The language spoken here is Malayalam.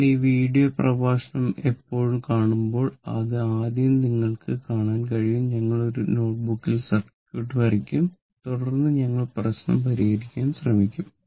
നിങ്ങൾ ഈ വീഡിയോ പ്രഭാഷണം എപ്പോഴും കാണുമ്പോൾ അത് ആദ്യം നിങ്ങൾക്ക് കാണാൻ കഴിയും ഞങ്ങൾ ഒരു നോട്ട്ബുക്കിൽ സർക്യൂട്ട് വരയ്ക്കും തുടർന്ന് ഞങ്ങൾ പ്രശ്നം പരിഹരിക്കാൻ ശ്രമിക്കും